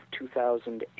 2008